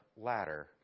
ladder